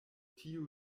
tiu